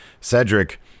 Cedric